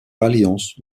alliance